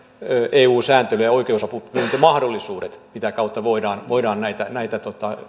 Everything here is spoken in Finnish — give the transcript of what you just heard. eu sääntely ja oikeusapupyyntömahdollisuudet mitä kautta voidaan voidaan näitä näitä